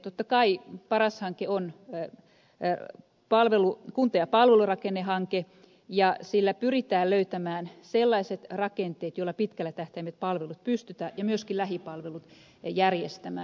totta kai paras hanke on kunta ja palvelurakennehanke ja sillä pyritään löytämään sellaiset rakenteet joilla pitkällä tähtäimellä palvelut ja myöskin lähipalvelut pystytään järjestämään